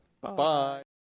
Bye